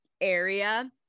area